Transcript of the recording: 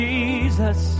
Jesus